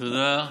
תודה.